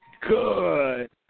good